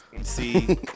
See